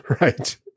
Right